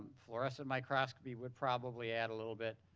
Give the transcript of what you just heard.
fluorescent microscopy would probably add a little bit.